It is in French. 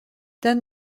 dan